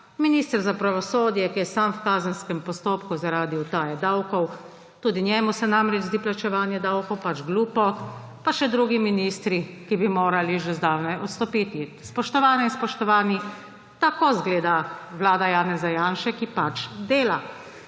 minister za pravosodje, ki je sam v kazenskem postopku zaradi utaje davkov, tudi njemu se namreč zdi plačevanje davkov pač glupo, pa še drugi ministri, ki bi morali že zdavnaj odstopiti. Spoštovane in spoštovani, tako izgleda vlada Janeza Janše, ki pač dela.